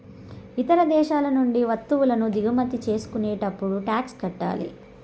ఇతర దేశాల నుండి వత్తువులను దిగుమతి చేసుకునేటప్పుడు టాక్స్ కట్టాలి